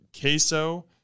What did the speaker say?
queso